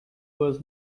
was